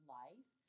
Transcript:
life